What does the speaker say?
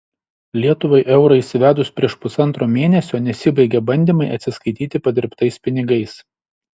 lietuvai eurą įsivedus prieš pusantro mėnesio nesibaigia bandymai atsiskaityti padirbtais pinigais